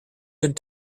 good